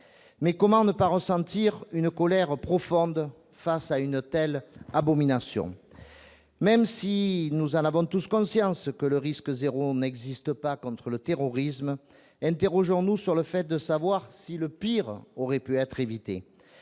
Mais comment ne pas ressentir une colère profonde face à une telle abomination ? Même si nous avons tous conscience que le risque zéro n'existe pas en matière de terrorisme, interrogeons-nous sur le fait de savoir si le pire aurait pu être évité.